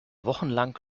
wochenlang